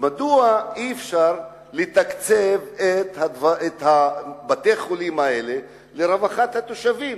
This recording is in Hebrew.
מדוע אי-אפשר לתקצב את בתי-החולים האלה לרווחת התושבים?